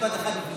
משפט אחד, בבקשה.